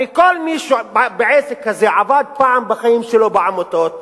הרי כל מי שבעסק הזה, עבד פעם בחיים שלו בעמותות,